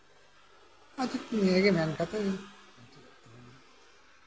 ᱱᱤᱭᱟᱹᱜᱮ ᱢᱮᱱ ᱠᱟᱛᱮᱫ ᱤᱧ